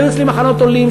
היו אצלי "מחנות העולים",